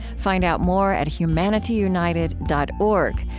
find out more at humanityunited dot org,